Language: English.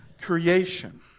creation